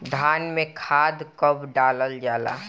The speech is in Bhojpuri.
धान में खाद कब डालल जाला?